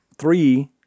Three